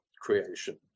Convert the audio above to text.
creation